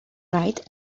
wright